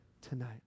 tonight